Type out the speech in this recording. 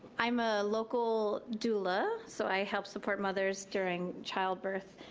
i'm a local doula, so i help support mothers during childbirth,